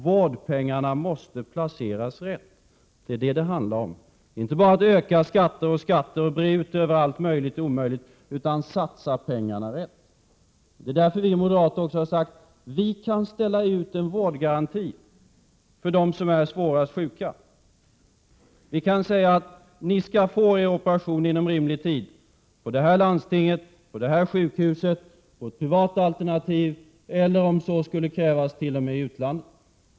Vårdpengarna måste placeras rätt. Det är detta det handlar om, inte bara att öka skatterna och breda ut över allt möjligt och omöjligt. Det är därför vi moderater har sagt att vi kan ställa ut en vårdgaranti för dem som är svårast sjuka. Vi kan säga: Ni skall få er operation inom rimlig tid — i det här landstinget, på det här sjukhuset, hos privata alternativ eller, om så skulle krävas, t.o.m. i utlandet.